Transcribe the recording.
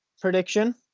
prediction